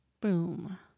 boom